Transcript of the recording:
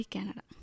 Canada